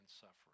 suffering